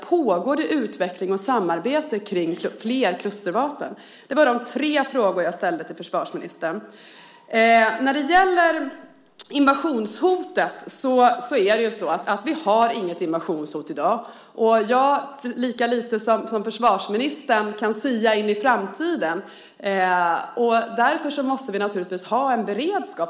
Pågår det utveckling och samarbete kring flera klustervapen? Det var de tre frågeställningar jag hade till försvarsministern. Det är ju så att vi inte har något invasionshot i dag. Jag lika lite som försvarsministern kan sia om framtiden, och därför måste vi naturligtvis ha en beredskap.